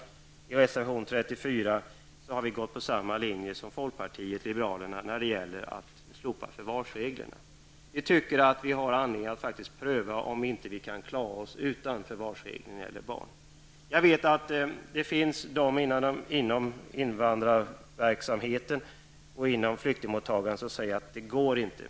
I reservation 34 har vi följt samma linje som folkpartiet liberalerna när det gäller att slopa försvarsreglerna. Vi tycker att det finns anledning att faktiskt pröva om det inte går att klara sig utan förvarsreglerna för barnen. Jag vet att det finns de inom invandrarverket och inom flyktingmottagandet som säger att det inte går.